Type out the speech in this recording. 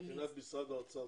מבחינת משרד האוצר,